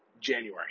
January